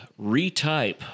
retype